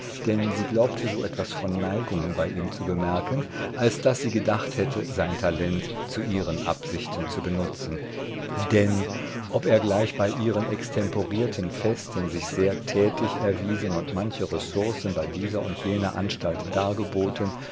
denn sie glaubte so etwas von neigung bei ihm zu bemerken als daß sie gedacht hätte sein talent zu ihren absichten zu benutzen denn ob er gleich bei ihren extemporierten festen sich sehr tätig erwiesen und manche ressourcen bei dieser und jener anstalt dargeboten